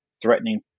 threatening